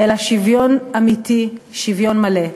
אלא שוויון אמיתי, שוויון מלא.